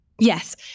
Yes